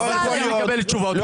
אנחנו צריכים לקבל תשובות ברורות.